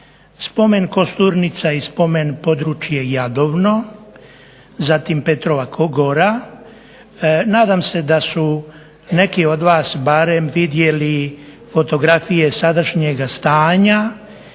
spomen kosturnica i spomen područje Jadovno, zatim Petrova gora. Nadam se da su neki od vas barem vidjeli fotografije sadašnjega stanja.